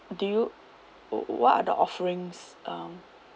do you wh~ what are the offerings um